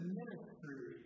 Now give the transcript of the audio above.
ministry